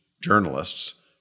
journalists